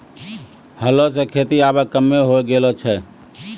हलो सें खेती आबे कम होय गेलो छै